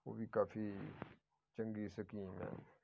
ਉਹ ਵੀ ਕਾਫੀ ਚੰਗੀ ਸਕੀਮ ਹੈ